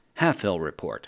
HalfHillReport